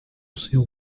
seu